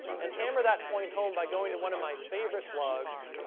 and hammer that point home by going to one of my favorite blogs,